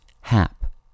hap